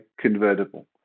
convertible